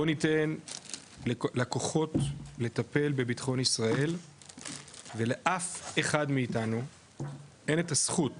בוא ניתן לכוחות לטפל בביטחון ישראל ולאף אחד מאיתנו אין את הזכות